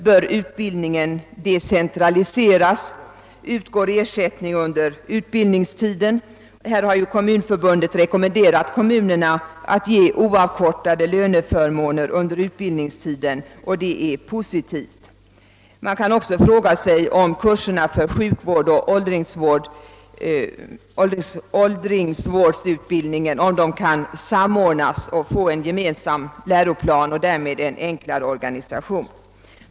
Bör utbildningen decentraliseras? Utgår ersättning under utbildnings tiden? Kommunförbundet har ju rekommenderat kommunerna att ge oavkortade löneförmåner under utbildningstiden, och det är ett positivt förslag. Man kan vidare ifrågasätta, om inte kurserna för sjukvårdsoch för åldringsvårdsutbildning kan samordnas och få en gemensam läroplan och därmed en enklare organisation.